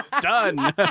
Done